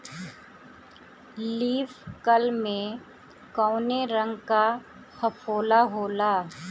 Leaf curl में कौने रंग का फफोला होला?